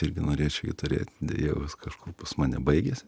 irgi norėčiau jį turėt deja jis kažkur pas mane baigėsi